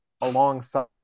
alongside